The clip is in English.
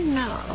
no